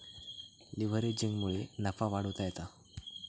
लीव्हरेजिंगमुळे नफा वाढवता येता